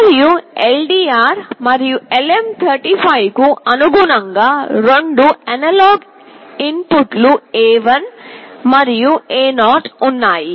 మరియు LDR మరియు LM35 కు అనుగుణంగా రెండు అనలాగ్ ఇన్పుట్లు A1 మరియు A0 ఉన్నాయి